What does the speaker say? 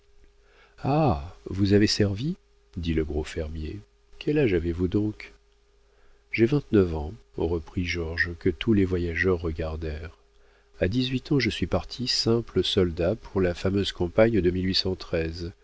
ah vous avez servi dit le gros fermier quel âge avez-vous donc j'ai vingt-neuf ans reprit georges que tous les voyageurs regardèrent a dix-huit ans je suis parti simple soldat pour la fameuse campagne de